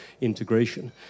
integration